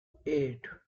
eight